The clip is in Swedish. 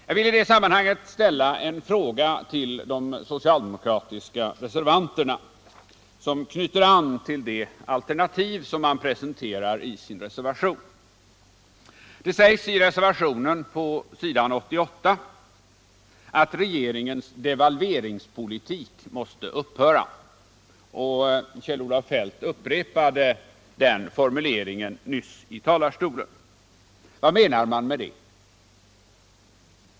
Jag vill i det sammanhanget ställa en fråga till de socialdemokratiska reservanterna som knyter an till det alternativ man presenterar i sin reservation. Det sägs i reservationen på s. 88 att regeringens devalveringspolitik måste upphöra, och Kjell-Olof Feldt upprepade den formuleringen nyss i talarstolen. Vad menar man med det?